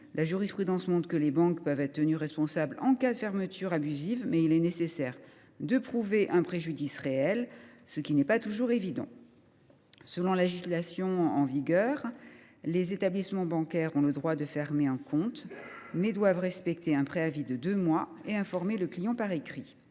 La jurisprudence montre que les banques peuvent être tenues pour responsables en cas de fermeture abusive, mais il est nécessaire de prouver l’existence d’un préjudice réel, ce qui n’est pas toujours évident. Selon la législation en vigueur, les établissements bancaires ont le droit de fermer un compte, mais doivent respecter un préavis de deux mois et en informer le client par écrit.